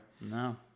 No